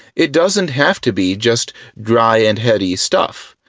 it doesn't have to be just dry and heady stuff,